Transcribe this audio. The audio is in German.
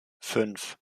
fünf